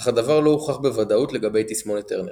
אך הדבר לא הוכח בוודאות לגבי תסמונת טרנר.